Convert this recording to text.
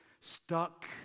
stuck